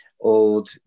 old